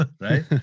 right